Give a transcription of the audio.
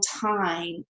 time